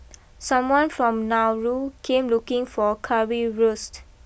someone from Nauru came looking for Currywurst